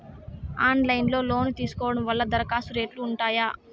Online లో loan తీసుకోవడం వల్ల దరఖాస్తు రేట్లు ఉంటాయా?